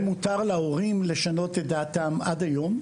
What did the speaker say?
ומותר להורים לשנות את דעתם עד היום.